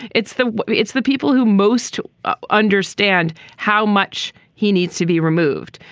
it's the it's the people who most understand how much he needs to be removed.